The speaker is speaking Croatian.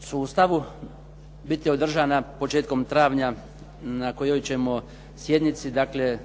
sustavu biti održana početkom travnja na kojoj ćemo sjednici dakle